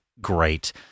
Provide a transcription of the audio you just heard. great